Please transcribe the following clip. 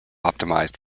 optimised